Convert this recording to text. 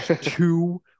two